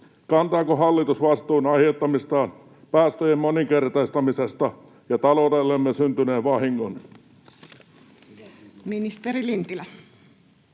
Kantaako hallitus vastuun aiheuttamastaan päästöjen moninkertaistamisesta ja taloudellemme syntyneen vahingon? Ministeri Lintilä.